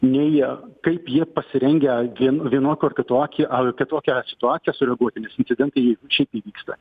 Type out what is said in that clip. nei kaip jie pasirengę vien vienokiu ar kitokį ar kitokią situaciją sureaguoti nes incidentai šiaip įvyksta